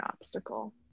obstacle